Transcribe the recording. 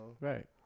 Right